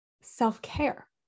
self-care